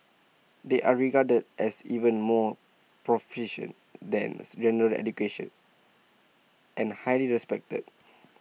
they are regarded as even more proficient than general education and highly respected